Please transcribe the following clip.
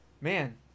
Man